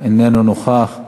איננו נוכח,